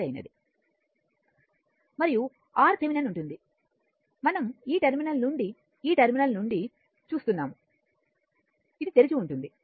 సరైనది మరియు RThevenin ఉంటుందిమనం ఈ టెర్మినల్ నుండి ఈ టెర్మినల్ నుండి చూస్తున్నాము ఇది తెరిచి ఉంటుంది